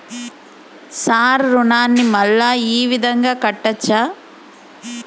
Sir రుణాన్ని మళ్ళా ఈ విధంగా కట్టచ్చా?